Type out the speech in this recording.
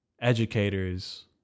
educators